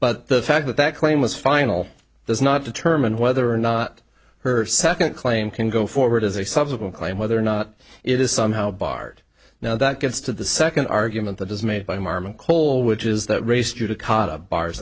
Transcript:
but the fact that claim was final does not determine whether or not her second claim can go forward as a subsequent claim whether or not it is somehow barred now that gets to the second argument that is made by marman cole which is that race judicata bars